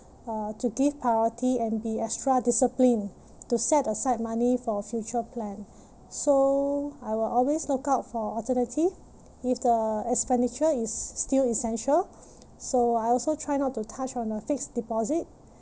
uh to give priority and be extra disciplined to set aside money for future plan so I will always look out for alternative if the expenditure is still essential so I also try not to touch on the fixed deposit